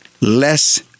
less